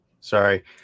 Sorry